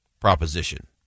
proposition